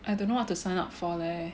I don't know what to sign up for leh